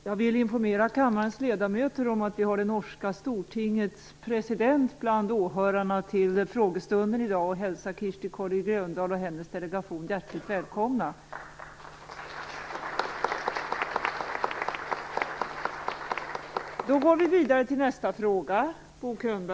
Jag vill informera kammarens ledamöter om att vi har det norska stortingets president bland åhörarna till frågestunden i dag. Jag hälsar Kirsti Kolle Grøndahl och hennes delegation hjärtligt välkomna.